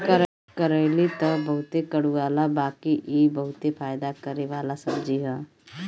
करइली तअ बहुते कड़ूआला बाकि इ बहुते फायदा करेवाला सब्जी हअ